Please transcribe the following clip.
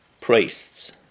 priests